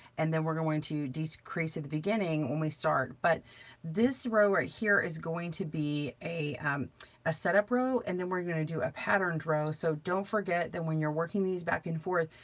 and then we're going to decrease at the beginning when we start. but this row right here is going to be a um ah setup row. and then we're going to do a patterned row. so don't forget that when you're working these back and forth,